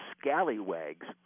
scallywags